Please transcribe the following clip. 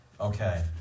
Okay